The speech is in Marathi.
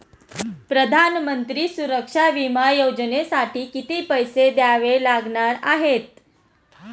प्रधानमंत्री सुरक्षा विमा योजनेसाठी किती पैसे द्यावे लागणार आहेत?